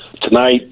tonight